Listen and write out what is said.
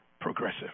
Progressive